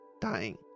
dying